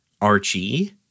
Archie